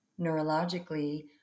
neurologically